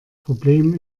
problem